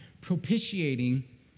propitiating